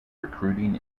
recruiting